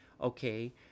Okay